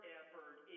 effort